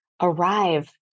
arrive